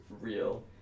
Real